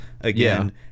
again